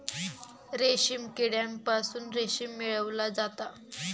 रेशीम किड्यांपासून रेशीम मिळवला जाता